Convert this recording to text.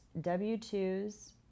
W-2s